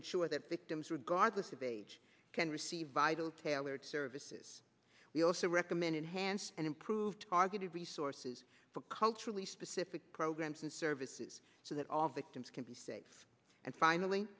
ensure that victims regardless of age can receive vital tailored services we also recommend enhanced and improved targeted resources for culturally specific programs and services so that all victims can be safe and finally